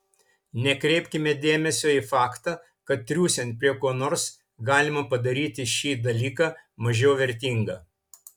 nekreipkime dėmesio į faktą kad triūsiant prie ko nors galima padaryti šį dalyką mažiau vertingą